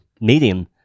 medium